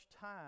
time